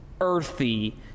earthy